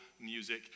music